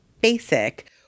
basic